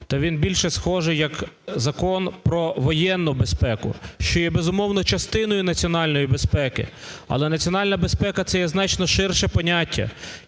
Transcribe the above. то він більше схожий як Закон про воєнну безпеку, що є безумовно частиною національної безпеки. Але національна безпека - це є значно ширше поняття,